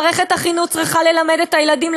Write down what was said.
מערכת החינוך צריכה ללמד את הילדים,